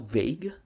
vague